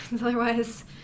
Otherwise